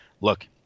Look